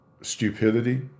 stupidity